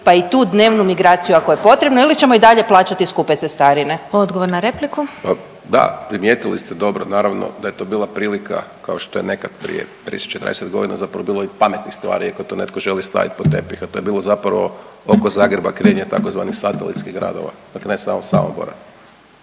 pa i tu dnevnu migraciju ako je potrebno ili ćemo i dalje plaćati skupe cestarine? **Glasovac, Sabina (SDP)** Odgovor na repliku. **Hajdaš Dončić, Siniša (SDP)** Da, primijetili ste dobro naravno da je to bila prilika kao što je nekad prije 30, 40 godina zapravo bilo i pametnih stvari, iako to netko želi stavit pod tepih, a to je bilo zapravo oko Zagreba … tzv. satelitskih gradova dakle ne samo Samobora.